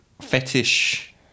fetish